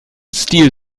stil